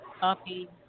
copy